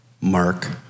Mark